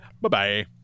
Bye-bye